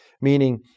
Meaning